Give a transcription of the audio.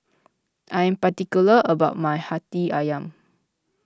I am particular about my Hati Ayam